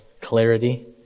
clarity